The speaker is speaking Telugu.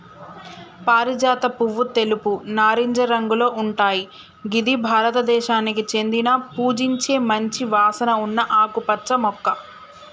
పారిజాత పువ్వు తెలుపు, నారింజ రంగులో ఉంటయ్ గిది భారతదేశానికి చెందిన పూజించే మంచి వాసన ఉన్న ఆకుపచ్చ మొక్క